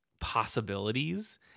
possibilities